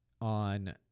on